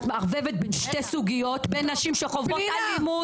את מערבבת בין שתי סוגיות בין נשים שחוות אלימות,